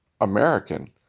American